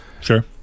Sure